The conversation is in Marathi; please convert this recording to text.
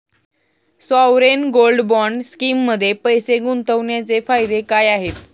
सॉवरेन गोल्ड बॉण्ड स्कीममध्ये पैसे गुंतवण्याचे फायदे काय आहेत?